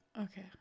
Okay